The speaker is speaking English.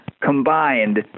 combined